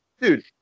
Dude